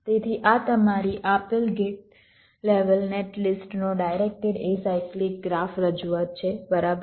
તેથી આ તમારી આપેલ ગેટ લેવલ નેટ લિસ્ટનો ડાયરેક્ટેડ એસાયક્લિક ગ્રાફ રજૂઆત છે બરાબર